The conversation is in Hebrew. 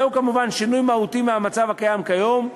זהו כמובן שינוי מהותי של המצב הקיים כיום,